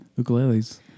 ukuleles